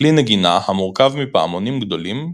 כלי נגינה המורכב מפעמונים גדולים,